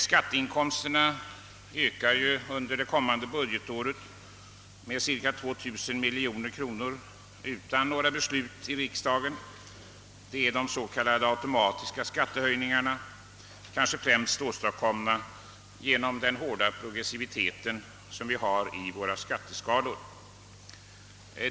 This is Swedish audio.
Skatteinkomsterna ökar under det kommande budgetåret med cirka 2 000 miljoner kronor utan några beslut i riksdagen — det är de s.k. automatiska skattehöjningarna, kanske främst åstadkomna genom den hårda progressiviteten i våra skatteskalor.